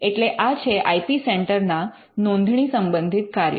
એટલે આ છે આઇ પી સેન્ટર ના નોંધણી સંબંધિત કાર્યો